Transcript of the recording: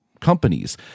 companies